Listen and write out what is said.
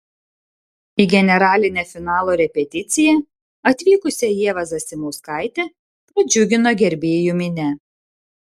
į generalinę finalo repeticiją atvykusią ievą zasimauskaitę pradžiugino gerbėjų minia